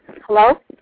Hello